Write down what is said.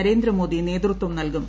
നരേന്ദ്ര മോദി നേതൃത്വം നൽകും